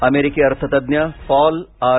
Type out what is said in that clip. अमेरिकी अर्थतज्ज्ञ Paul R